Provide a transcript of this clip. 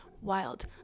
Wild